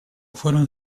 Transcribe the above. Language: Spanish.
fueron